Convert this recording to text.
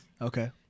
Okay